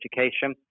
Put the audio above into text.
education